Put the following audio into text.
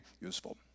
useful